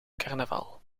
carnaval